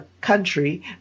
country